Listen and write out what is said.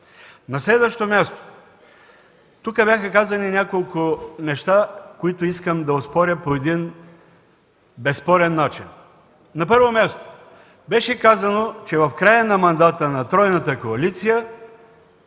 На следващо място, бяха казани няколко неща, които искам да оспоря по безспорен начин. На първо място, беше казано, че в края на мандата на тройната коалиция